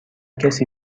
کسی